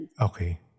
Okay